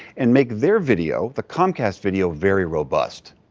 and make their video, the comcast video, very robust?